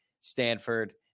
Stanford